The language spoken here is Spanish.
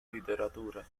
literatura